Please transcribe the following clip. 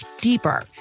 deeper